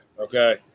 Okay